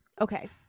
Okay